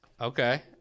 Okay